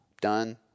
done